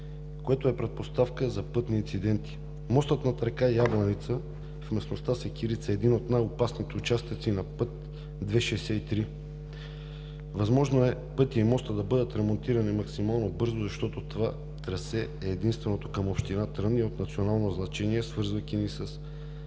което е предпоставка за пътни инциденти. Мостът над река Ябланица в местността Секирица е един от най-опасните участъци на път 2.63. Възможно е пътят и мостът да бъдат ремонтирани максимално бързо, защото това трасе е единственото към община Трън и е от национално значение, свързвайки ни с